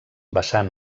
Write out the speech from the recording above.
basant